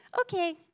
Okay